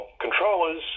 controllers